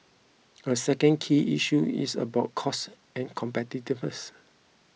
a second key issue is about costs and competitiveness